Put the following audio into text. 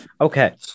Okay